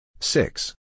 Six